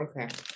Okay